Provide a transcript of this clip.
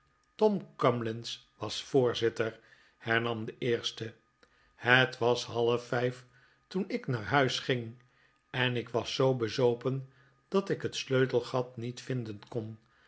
tom cumlins was voorzitter hernam de eers'te het was halfvijf toen ik naar huis ging en ik was zoo bezopen dat ik het sleutelgat niet vinden kon